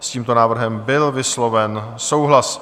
S tímto návrhem byl vysloven souhlas.